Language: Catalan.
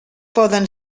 poden